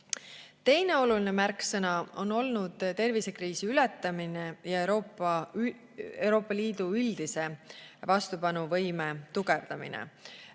oluline märksõna on olnud tervisekriisi ületamine ja Euroopa Liidu üldise vastupanuvõime tugevdamine.